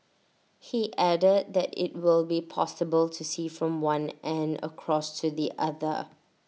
he added that IT will be possible to see from one end across to the other